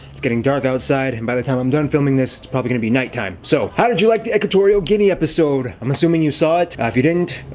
it's getting dark outside. and by the time i'm done filming this, it's probably going to be night time. so how did you like the equatorial guinea episode? i'm assuming you saw it. if you didn't,